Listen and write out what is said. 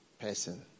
person